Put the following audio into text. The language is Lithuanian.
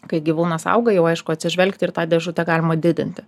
kai gyvūnas auga jau aišku atsižvelgti ir tą dėžutę galima didinti